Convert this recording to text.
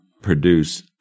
produce